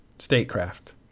Statecraft